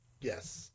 Yes